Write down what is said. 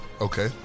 Okay